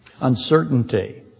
uncertainty